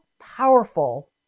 powerful